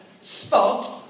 spot